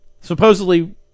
supposedly